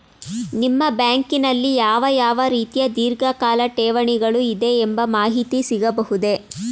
ನಿಮ್ಮ ಬ್ಯಾಂಕಿನಲ್ಲಿ ಯಾವ ಯಾವ ರೀತಿಯ ಧೀರ್ಘಕಾಲ ಠೇವಣಿಗಳು ಇದೆ ಎಂಬ ಮಾಹಿತಿ ಸಿಗಬಹುದೇ?